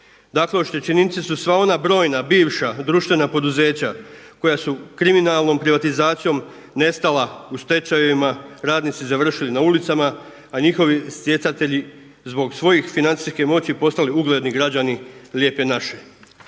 Dakle, oštećenici su sva ona brojna bivša društvena poduzeća koja su kriminalnom privatizacijom nestala u stečajevima, radnici završili na ulicama, a njihovi stjecatelji zbog svoje financijske moći postali ugledni građani Lijepe naše.